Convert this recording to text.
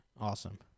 awesome